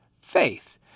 faith